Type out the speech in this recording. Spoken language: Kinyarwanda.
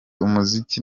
umuzi